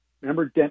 Remember